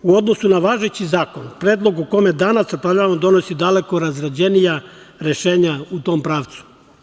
U odnosu na važeći zakon predlog o kome danas raspravljamo donosi daleko razrađenija rešenja u tom pravcu.